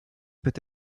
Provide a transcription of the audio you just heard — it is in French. peut